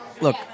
Look